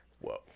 Whoa